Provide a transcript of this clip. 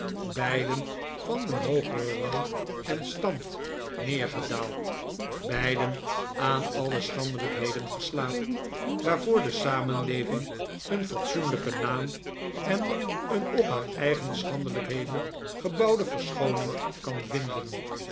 beiden van een hoogeren rang en stand neergedaald beiden aan alle schandelijkheden verslaafd waarvoor de samenleving een fatsoenlijken naam en een op haar eigen schandelijkheden gebouwde verschooning kan vinden